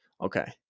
Okay